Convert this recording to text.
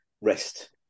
rest